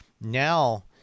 Now